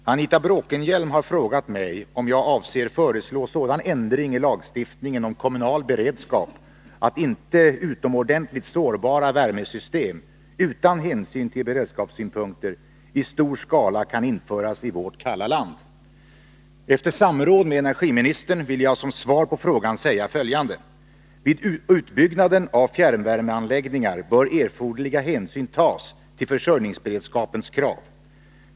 Herr talman! Anita Bråkenhielm har frågat mig om jag avser föreslå sådan ändring i lagstiftningen om kommunal beredskap att inte utomordenligt sårbara värmesystem, utan hänsyn till beredskapssynpunkter, i stor skala kan införas i vårt kalla land. Efter samråd med energiministern vill jag som svar på frågan säga följande. Vid utbyggnaden av fjärrvärmeanläggningar bör erforderliga hänsyn tas till försörjningsberedskapens krav.